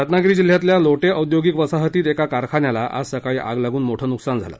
रत्नागिरी जिल्ह्यातल्या लोटे औद्योगिक वसाहतीत एका कारखान्याला आज सकाळी आग लागून मोठं नुकसान झालं